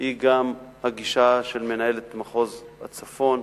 גם הגישה של מנהלת מחוז הצפון,